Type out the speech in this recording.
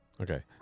Okay